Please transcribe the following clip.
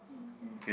okay